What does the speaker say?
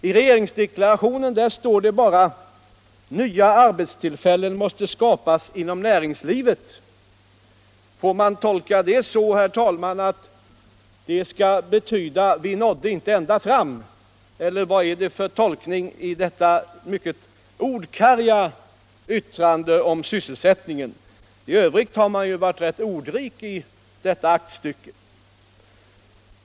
I regeringsdeklarationen står det bara: ”Nya arbetstillfällen måste skapas inom näringslivet.” Får man tolka det så, herr talman, att ”vi inte nådde ända fram” , eller vad är den riktiga tolkningen av detta ordkarga yttrande om sysselsättningen? I övrigt har man ju varit rätt ordrik i detta aktstycke.